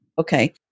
Okay